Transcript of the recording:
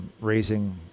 raising